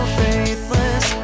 faithless